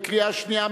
בקריאה שנייה,